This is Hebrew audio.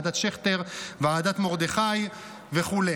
ועדת מרדכי וכו'.